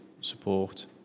support